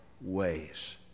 ways